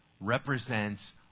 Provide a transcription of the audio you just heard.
represents